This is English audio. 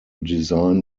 design